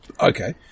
okay